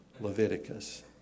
leviticus